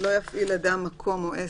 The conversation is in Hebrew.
(א)לא יפעיל אדם מקום או עסק,